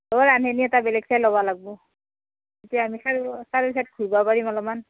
ও ৰান্ধনি এটা বেলেগ চাই ল'ব লাগিব চাৰিও ছাইড ঘূৰিব পাৰিম অলপমান